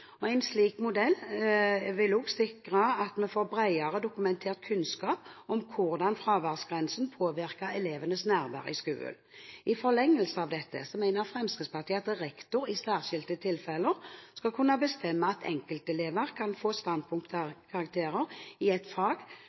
lærere. En slik modell vil sikre at vi får bredere dokumentert kunnskap om hvordan fraværsgrensen påvirker elevenes tilstedeværelse på skolen. I forlengelsen av dette mener Fremskrittspartiet at rektor i særskilte tilfeller skal kunne bestemme at enkeltelever kan få standpunktkarakter i et fag